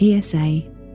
PSA